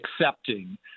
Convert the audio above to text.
accepting